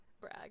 brag